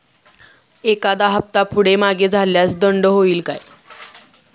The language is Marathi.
एखादा हफ्ता पुढे मागे झाल्यास दंड होईल काय?